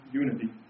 unity